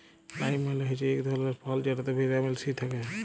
lime মালে হচ্যে ইক ধরলের ফল যেটতে ভিটামিল সি থ্যাকে